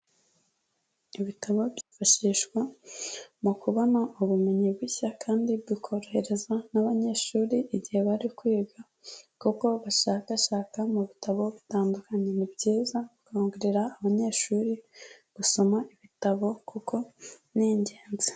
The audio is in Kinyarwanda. Ibitabo byifashishwa mu kubona ubumenyi bushya kandi bikorohereza n'abanyeshuri igihe bari kwiga, kuko bashakashaka mu bitabo bitandukanye. Ni byiza gukangurira abanyeshuri gusoma ibitabo kuko ni ingenzi.